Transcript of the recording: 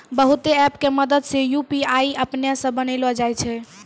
बहुते ऐप के मदद से यू.पी.आई अपनै से बनैलो जाय छै